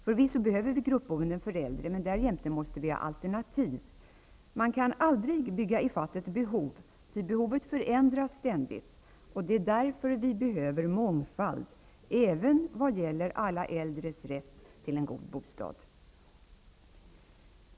Förvisso behöver vi gruppboende för äldre, men därjämte måste vi ha alternativ. Man kan aldrig bygga i fatt ett behov. Behovet förändras ständigt. Det är därför vi behöver mångfald även vad gäller alla äldres rätt till en god bostad.